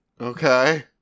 Okay